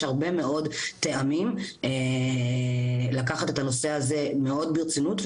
יש הרבה מאוד טעמים לקחת את הנושא הזה מאוד ברצינות,